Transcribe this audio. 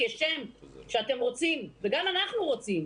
כשם שאתם רוצים וגם אנחנו רוצים,